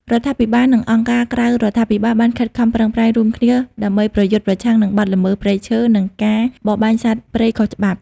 រដ្ឋាភិបាល និងអង្គការក្រៅរដ្ឋាភិបាលបានខិតខំប្រឹងប្រែងរួមគ្នាដើម្បីប្រយុទ្ធប្រឆាំងនឹងបទល្មើសព្រៃឈើ និងការបរបាញ់សត្វព្រៃខុសច្បាប់។